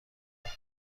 نیست